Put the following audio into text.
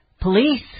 police